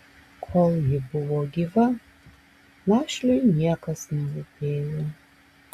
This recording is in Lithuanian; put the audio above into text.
kol ji buvo gyva našliui niekas nerūpėjo